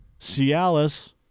Cialis